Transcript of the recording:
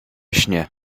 śnie